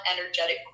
energetic